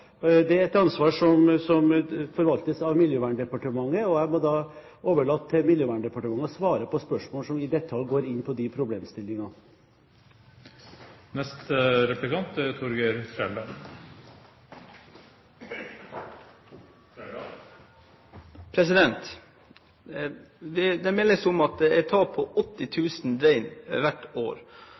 Det er et ansvar som forvaltes av Miljøverndepartementet, og jeg må overlate til Miljøverndepartementet å svare på spørsmål som i detalj går inn på de problemstillingene. Det meldes om at det er tap på 80 000 rein hvert år,